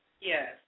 Yes